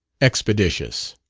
expeditious.